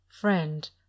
friend